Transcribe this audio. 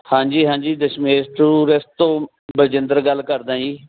ਹਾਂਜੀ ਹਾਂਜੀ ਦਸ਼ਮੇਸ਼ ਟੂਰਿਸਟ ਤੋਂ ਬਲਜਿੰਦਰ ਗੱਲ ਕਰਦਾ ਜੀ